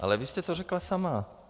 Ale vy jste to řekla sama.